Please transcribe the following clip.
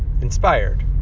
inspired